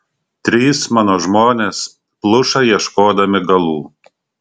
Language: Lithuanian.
trys mano žmonės pluša ieškodami galų